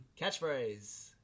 Catchphrase